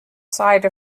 side